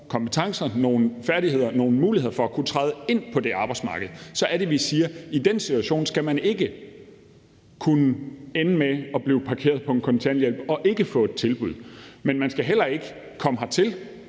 kompetencer, nogle færdigheder eller nogle muligheder for at kunne træde ind på det arbejdsmarked – så er det, vi siger: I den situation skal man ikke kunne ende med at blive parkeret på kontanthjælp og ikke få et tilbud, men man skal heller ikke komme hertil